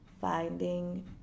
finding